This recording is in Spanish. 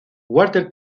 walter